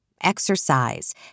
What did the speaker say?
exercise